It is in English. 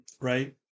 right